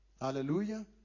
Hallelujah